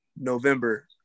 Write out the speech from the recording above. November